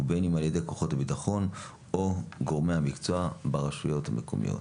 ובין אם על ידי כוחות הביטחון או גורמי המקצוע ברשויות המקומיות.